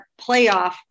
playoff